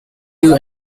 you